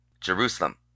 Jerusalem